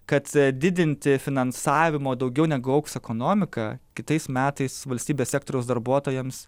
kad didinti finansavimo daugiau negu augs ekonomika kitais metais valstybės sektoriaus darbuotojams